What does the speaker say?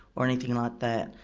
or anything like that.